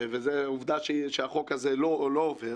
ועובדה היא שהחוק הזה לא עובר.